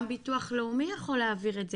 גם ביטוח לאומי יכול להעביר את זה,